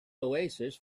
oasis